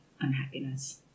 unhappiness